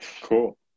Cool